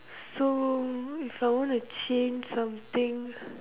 so if I want to change something